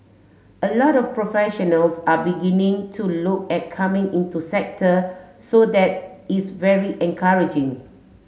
a lot of professionals are beginning to look at coming into sector so that is very encouraging